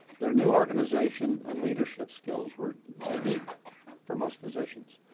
their new organization and leadership skills were unique for most physicians.